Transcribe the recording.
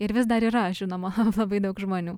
ir vis dar yra žinoma labai daug žmonių